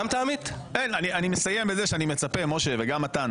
אני מצפה, משה וגם מתן,